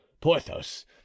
Porthos